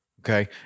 Okay